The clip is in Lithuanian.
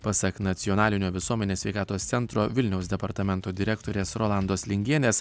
pasak nacionalinio visuomenės sveikatos centro vilniaus departamento direktorės rolandos lingienės